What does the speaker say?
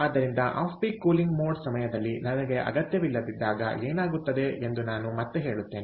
ಆದ್ದರಿಂದ off peak cooling mode ಸಮಯದಲ್ಲಿ ನನಗೆ ಅಗತ್ಯವಿಲ್ಲದಿದ್ದಾಗ ಏನಾಗುತ್ತದೆ ಎಂದು ನಾನು ಮತ್ತೆ ಹೇಳುತ್ತೇನೆ